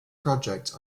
project